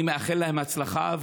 אני מאחל להם הצלחה,